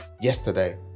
yesterday